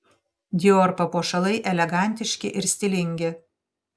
dior papuošalai elegantiški ir stilingi